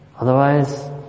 Otherwise